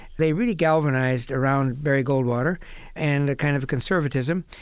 they really galvanized around barry goldwater and the kind of conservatism.